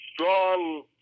strong